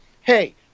hey